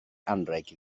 anrheg